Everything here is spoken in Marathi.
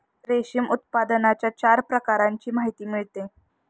रेशीम उत्पादनाच्या चार प्रकारांची माहिती मिळते